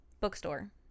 bookstore